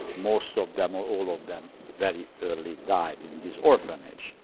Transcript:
most of them, or all of them, very early died in this orphanage.